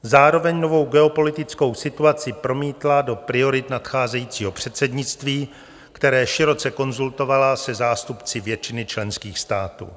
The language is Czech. Zároveň novou geopolitickou situaci promítla do priorit nadcházejícího předsednictví, které široce konzultovala se zástupci většiny členských států.